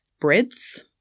breadth